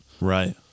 Right